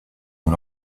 and